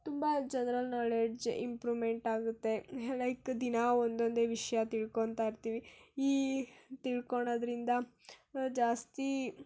ತುಂಬ general knowledge improvement ಆಗುತ್ತೆ like ದಿನ ಒಂದೊಂದೇ ವಿಷಯ ತಿಳ್ಕೊತಾ ಇರ್ತೀವಿ ಈ ತಿಳ್ಕೋಳದ್ರಿಂದ ಜಾಸ್ತಿ